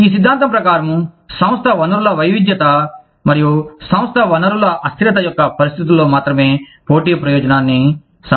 ఈ సిద్ధాంతం ప్రకారం సంస్థ వనరుల వైవిధ్యత మరియు సంస్థ వనరుల అస్థిరత యొక్క పరిస్థితులలో మాత్రమే పోటీ ప్రయోజనం సంభవిస్తుంది